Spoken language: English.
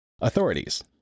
...authorities